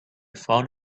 found